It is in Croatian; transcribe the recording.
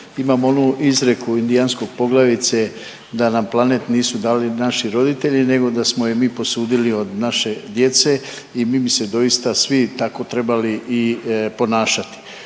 imam onu izreku indijanskog poglavice da nam planet nisu dali naši roditelji nego da smo je mi posudili od naše djece i mi bi se doista svi tako trebali i ponašati.